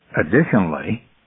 Additionally